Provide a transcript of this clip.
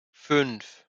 fünf